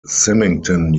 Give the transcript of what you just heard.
symington